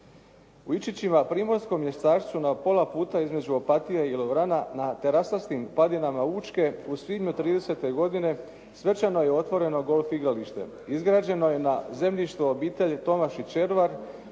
U Ičićima, primorskom mjestašcu na pola puta između Opatije i Lovrana na terasastim padinama Učke u svibnju 1930. godine svečano je otvoreno golf igralište. Izgrađeno je na zemljištu obitelji Tomašić-…